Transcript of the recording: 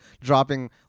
dropping